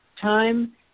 time